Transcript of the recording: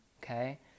okay